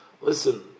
listen